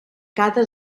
cada